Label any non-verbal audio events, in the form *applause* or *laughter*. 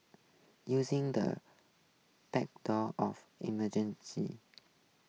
using the backdrop of emergency *noise*